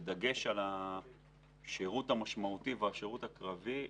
בדגש על השירות המשמעותי והשירות הקרבי,